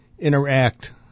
interact